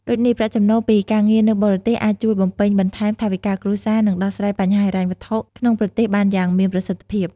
ដូចនេះ ប្រាក់ចំណូលពីការងារនៅបរទេសអាចជួយបំពេញបន្ថែមថវិកាគ្រួសារ និងដោះស្រាយបញ្ហាហិរញ្ញវត្ថុក្នុងប្រទេសបានយ៉ាងមានប្រសិទ្ធភាព។